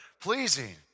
pleasing